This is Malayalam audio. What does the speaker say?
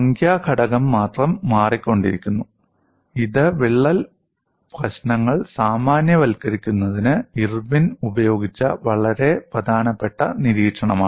സംഖ്യാ ഘടകം മാത്രം മാറിക്കൊണ്ടിരുന്നു ഇത് വിള്ളൽ പ്രശ്നങ്ങൾ സാമാന്യവൽക്കരിക്കുന്നതിന് ഇർവിൻ ഉപയോഗിച്ച വളരെ പ്രധാനപ്പെട്ട നിരീക്ഷണമാണ്